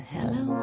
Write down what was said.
Hello